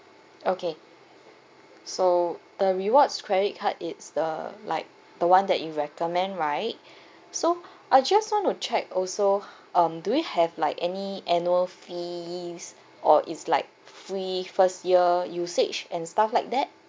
okay so the rewards credit card is uh like the [one] that you recommend right so I just want to check also um do you have like any annual fees or it's like free first year usage and stuff like that